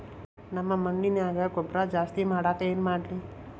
ನಮ್ಮ ಮಣ್ಣಿನ್ಯಾಗ ಗೊಬ್ರಾ ಜಾಸ್ತಿ ಮಾಡಾಕ ಏನ್ ಮಾಡ್ಲಿ?